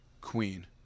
Queen